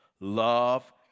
Love